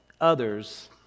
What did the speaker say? others